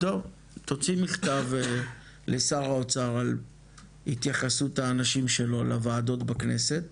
תוציאי מכתב לשר האוצר על התייחסות האנשים שלו לוועדות בכנסת